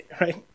right